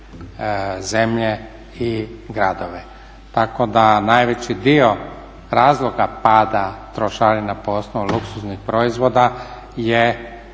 zemlje i gradove. Tako da najveći dio razloga pada trošarina po osnovi luksuznih proizvoda je